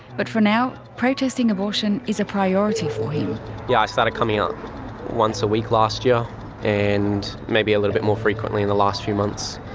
but for now, protesting abortion is a priority for him. yeah i started coming out once a week last year and maybe a little bit more frequently in the last few months.